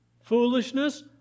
foolishness